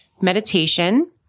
meditation